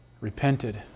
repented